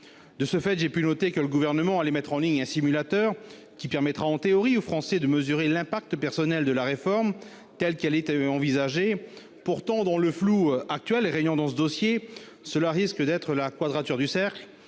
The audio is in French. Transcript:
À cet égard, j'ai pu noter que le Gouvernement allait mettre en ligne un simulateur, qui permettra aux Français, en théorie, de mesurer l'impact personnel de la réforme, telle qu'elle est envisagée. Pourtant, dans le flou régnant en l'espèce, cela risque d'être la quadrature du cercle.